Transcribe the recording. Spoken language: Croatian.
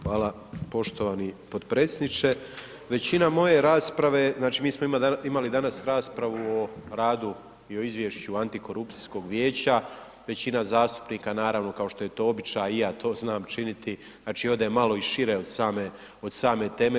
Hvala poštovani podpredsjedniče, većina moje rasprave, znači mi smo imali danas raspravu o radu i o izvješću antikorupcijskog vijeća, većina zastupnika naravno kao što je to običaj i ja to znam činiti, znači ode malo i šire od same, od same teme.